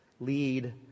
lead